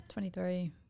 23